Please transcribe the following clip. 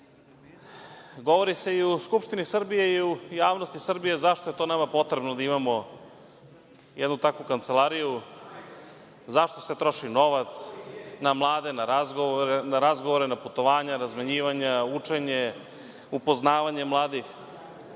Govori se i u Skupštini Srbije i u javnosti Srbije zašto je nama potrebno da imamo jednu takvu kancelariju, zašto se troši novac na mlade, na razgovore, na putovanja, na razmenjivanje, na učenje, upoznavanje mladih.